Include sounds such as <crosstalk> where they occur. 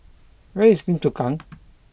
where is Lim Chu Kang <noise>